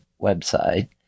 website